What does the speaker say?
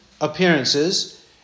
appearances